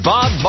Bob